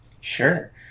Sure